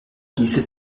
diese